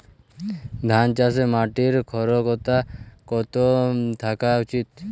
ধান চাষে মাটির ক্ষারকতা কত থাকা উচিৎ?